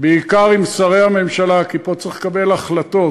בעיקר עם שרי הממשלה, כי פה צריך לקבל החלטות.